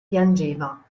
piangeva